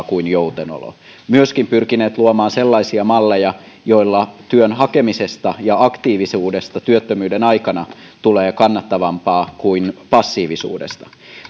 kuin joutenolo olemme myöskin pyrkineet luomaan sellaisia malleja joilla työn hakemisesta ja aktiivisuudesta työttömyyden aikana tulee kannattavampaa kuin passiivisuudesta